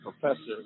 Professor